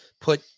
put